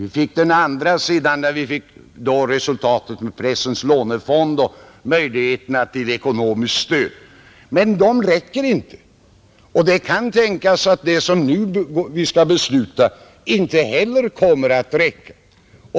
Vi fick sedan den andra åtgärden, med pressens lånefond och möjligheterna till ekonomiskt stöd. Men det räcker inte, Det kan tänkas att vad vi nu skall besluta inte heller kommer att räcka.